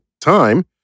time